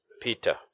Peter